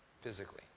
physically